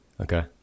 Okay